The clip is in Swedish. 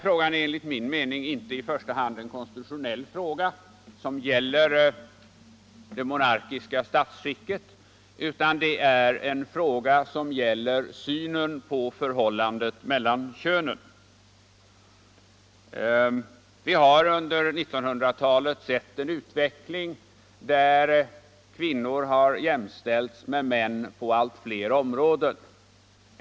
Detta är enligt min mening inte i första hand en konstitutionell Onsdagen den fråga som gäller det monarkiska statsskicket, utan det är en fråga som 22 oktober 1975 gäller synen på förhållandet mellan könen. Vi har under 1900-talet sett —— en utveckling som inneburit att kvinnor har jämställts med män på allt — Vissa grundlagsfråfler områden.